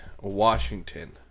Washington